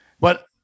But-